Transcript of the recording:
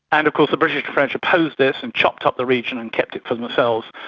and of course the british and french opposed this and chopped up the region and kept it for themselves,